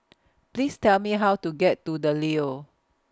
Please Tell Me How to get to The Leo